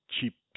cheap